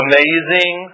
Amazing